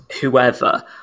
whoever